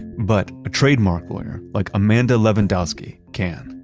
but a trademark lawyer, like amanda levendowski, can.